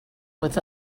with